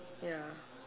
ya